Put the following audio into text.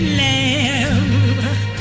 lamb